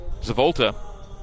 Zavolta